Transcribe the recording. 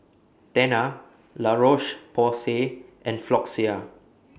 Tena La Roche Porsay and Floxia